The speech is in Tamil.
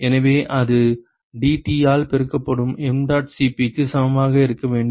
எனவே அது dT ஆல் பெருக்கப்படும் mdot Cpக்கு சமமாக இருக்க வேண்டும்